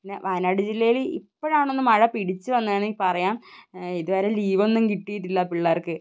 പിന്നെ വയനാട് ജില്ലയില് ഇപ്പോഴാണ് ഒന്ന് മഴ പിടിച്ചുവന്നതെന്ന് പറയാം ഇതുവരെ ലീവ് ഒന്നും കിട്ടിയിട്ടില്ല പിള്ളേര്ക്ക്